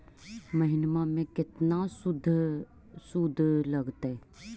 महिना में केतना शुद्ध लगतै?